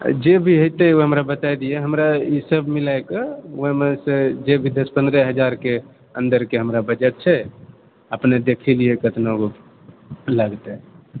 जे भी हेतए ओ हमरा बता दिए हमरा ई सब मिलैके ओएहमंँ संँ जे भी दश पंद्रह हजारके अंदरके हमरा बजट छै अपने देखे लेलिए केतना ओ लगतै